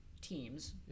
teams